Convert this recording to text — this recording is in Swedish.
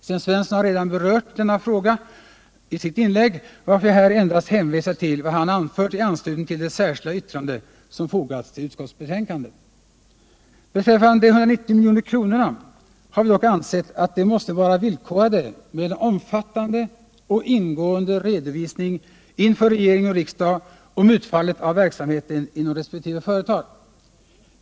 Sten Svensson har redan berört denna fråga i sitt inlägg, varför jag här endast hänvisar till vad han anfört i Beträffade de 190 miljonerna har vi dock ansett att de måste vara villkorade med en omfattande och ingående redovisning inför regering och riksdag om utfallet av verksamheten inom resp. företag.